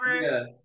Yes